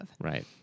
Right